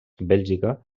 bèlgica